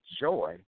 joy